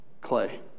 Clay